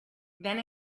then